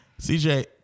CJ